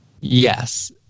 Yes